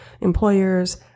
employers